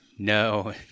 No